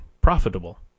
profitable